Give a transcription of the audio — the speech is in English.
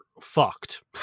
fucked